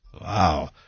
Wow